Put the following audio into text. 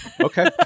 Okay